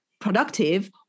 productive